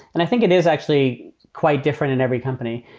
and i think it is actually quite different in every company.